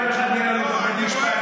אולי יום אחד יהיה לנו פה בית משפט,